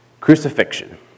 crucifixion